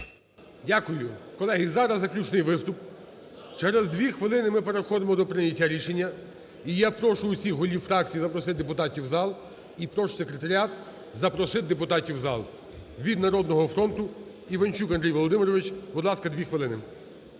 Дякую. Колеги, зараз заключний виступ. Через дві хвилини ми переходимо до прийняття рішення. І я прошу всіх голів фракцій запросити депутатів в зал, і прошу секретаріат запросити депутатів в зал. Від "Народного фронту" Іванчук Андрій Володимирович, будь ласка, дві хвилини.